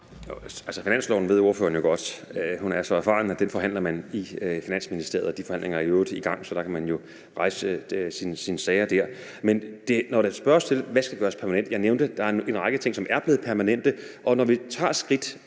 finansloven ved ordføreren jo godt – hun er så erfaren – at man forhandler i Finansministeriet. De forhandlinger er i øvrigt i gang, så man kan jo rejse sine sager dér. Men der spørges til, hvad der skal gøres permanent. Jeg nævnte, at der er en række ting, som er blevet permanente. Og når vi tager skridt,